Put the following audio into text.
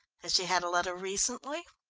has she had a letter recently?